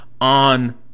on